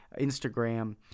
Instagram